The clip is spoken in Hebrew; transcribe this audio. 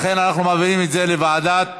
לכן, אנחנו מעבירים את זה לוועדת הכנסת,